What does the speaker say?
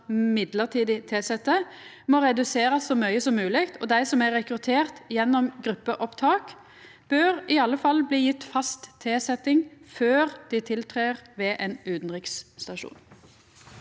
som mellombels tilsette må reduserast så mykje som mogleg, og dei som er rekrutterte gjennom gruppeopptak, bør i alle fall bli gjeve fast tilsetjing før dei tiltrer ved ein utanriksstasjon.